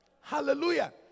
Hallelujah